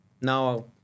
Now